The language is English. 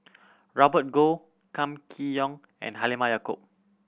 Robert Goh Kam Kee Yong and Halimah Yacob